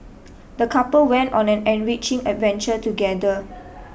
the couple went on an enriching adventure together